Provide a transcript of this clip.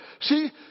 See